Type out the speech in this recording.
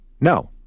No